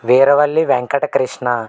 Veeravalli Venkatakrishna